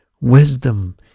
wisdom